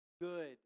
good